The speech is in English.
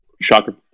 Shocker